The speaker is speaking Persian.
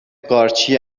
قارچی